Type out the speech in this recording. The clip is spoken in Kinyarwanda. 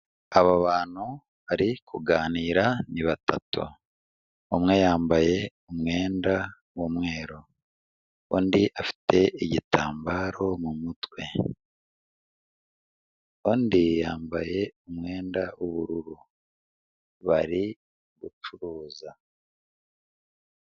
|Abo bantu bari kuganira ni batatu, umwe yambaye umwenda w'umweru undi afite igitambaro mu mutwe, undi yambaye umwenda w'ubururu bari gucuruza.